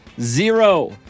zero